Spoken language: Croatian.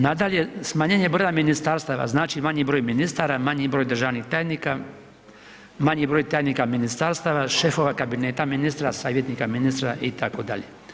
Nadalje, smanjenje broja ministarstava znači manji broj ministara, manji broj državnih tajnika, manji broj tajnika ministarstva, šefova kabineta ministra, savjetnika ministra itd.